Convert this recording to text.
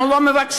אנחנו לא מבקשים,